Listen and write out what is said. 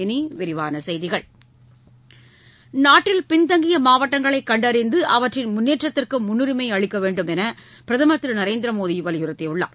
இனி விரிவான செய்திகள் நாட்டில் பின்தங்கிய மாவட்டங்களைக் கண்டறிந்து அவற்றின் முன்னேற்றத்திற்கு முன்னுரிமை வேண்டுமென பிரதமர் அளிக்க திரு நரேந்திர மோடி வலியுறுத்தியுள்ளார்